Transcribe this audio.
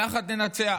יחד ננצח,